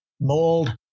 mold